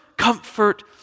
Comfort